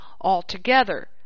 altogether